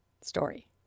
story